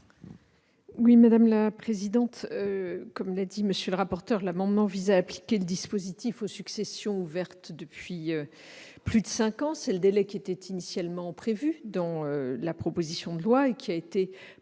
du Gouvernement ? Comme l'a dit M. le rapporteur, l'amendement vise à appliquer le dispositif aux successions ouvertes depuis plus de cinq ans, délai qui était initialement prévu dans la proposition de loi et qui a été porté